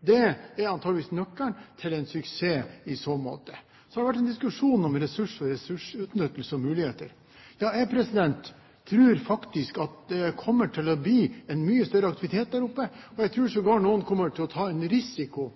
Det er antakeligvis nøkkelen til suksess i så måte. Så har det vært en diskusjon om ressurser, ressursutnyttelse og muligheter. Jeg tror faktisk at det kommer til å bli mye større aktivitet i nord. Jeg tror sågar at noen kommer til å ta en risiko